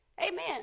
Amen